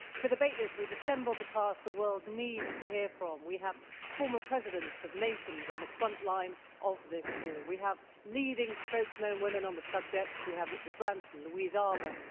to debate this, we've assembled the cast the world needs to hear from. we have former presidents of nations on the front line of this war. we have leading spokesmen and women on the subject. we have richard branson, louise arbour,